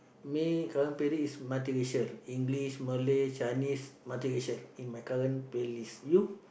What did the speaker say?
me current playlist is multi racial English Malay Chinese multi racial in my current playlist you